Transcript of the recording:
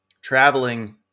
traveling